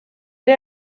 ere